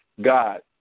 God